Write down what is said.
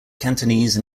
cantonese